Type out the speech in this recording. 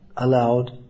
allowed